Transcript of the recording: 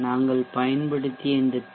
நாங்கள் பயன்படுத்திய இந்த பி